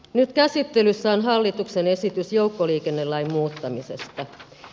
nyt käsittelyssä on hallituksen esitys joukkoliikennelain muuttamisesta